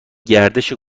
گردش